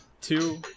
two